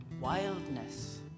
wildness